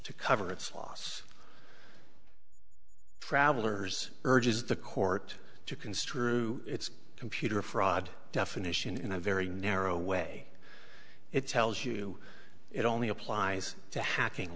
to cover its loss travelers urges the court to construe its computer fraud definition in a very narrow way it tells you it only applies to hacking